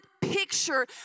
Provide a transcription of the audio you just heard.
picture